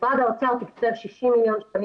משרד האוצר תיקצב 60 מיליון שקלים